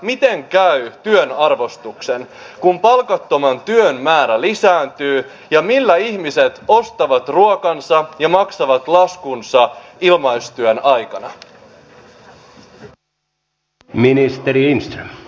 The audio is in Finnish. miten käy työn arvostuksen kun palkattoman työn määrä lisääntyy ja millä ihmiset ostavat ruokansa ja maksavat laskunsa ilmaistyön aikana